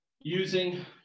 using